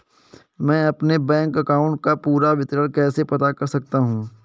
मैं अपने bank account का पूरा विवरण कैसे पता कर सकता हूँ?